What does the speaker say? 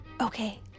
Okay